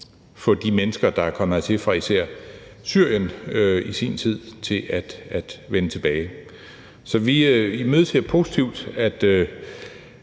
få de mennesker, som er kommet hertil fra især Syrien i sin tid, til at vende tilbage. Så vi imødeser positivt,